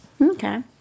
Okay